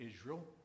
Israel